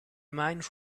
mind